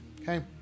Okay